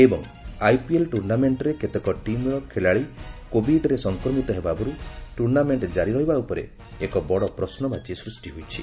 ଏବଂ ଆଇପିଏଲ୍ ଟୁର୍ଣ୍ଣାମେଣ୍ଟରେ କେତେକ ଟିମ୍ର ଖେଳାଳି କୋବିଡରେ ସଂକ୍ରମିତ ହେବାରୁ ଟୁର୍ଣ୍ଣାମେଣ୍ଟ ଜାରି ରହିବା ଉପରେ ଏକ ବଡ଼ ପ୍ରଶ୍ନବାଚୀ ସ୍କୃଷ୍ଟି ହୋଇଛି